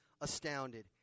astounded